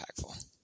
impactful